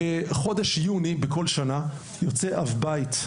בכל שנה, בחודש יוני, יוצא אב בית,